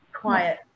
quiet